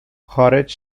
خارج